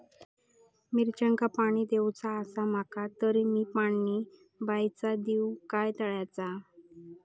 मिरचांका पाणी दिवचा आसा माका तर मी पाणी बायचा दिव काय तळ्याचा?